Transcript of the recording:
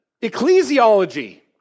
ecclesiology